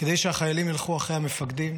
כדי שהחיילים ילכו אחרי המפקדים,